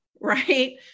right